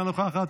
אינה נוכחת,